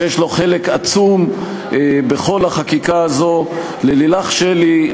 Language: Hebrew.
שיש לו חלק עצום בכל החקיקה הזו: ללילך שלי,